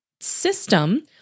system